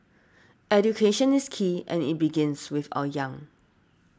education is key and it begins with our young